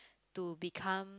to become